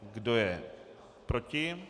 Kdo je proti?